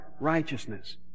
righteousness